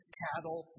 cattle